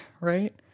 right